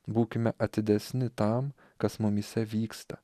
būkime atidesni tam kas mumyse vyksta